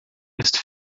ist